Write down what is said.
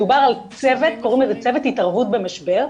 מדובר על צוות קוראים לזה צוות התערבות במשבר,